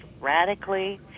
radically